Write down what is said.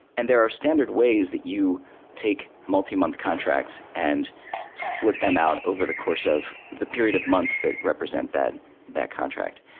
and there are standard ways that you take multi-month contracts and split them out over the course of the period of months that represent that that contract.